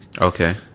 okay